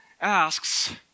asks